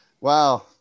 Wow